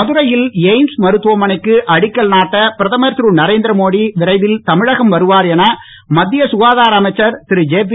மதுரையில் எய்ம்ஸ் மருத்துவமனைக்கு அடிக்கல் நாட்ட பிரதமர் திருநரேந்திர மோடி விரைவில் தமிழகம் வருவார் என மத்திய சுகாதார அமைச்சர் திருஜேபி